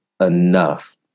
enough